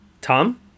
Tom